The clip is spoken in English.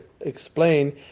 explain